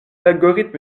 algorithme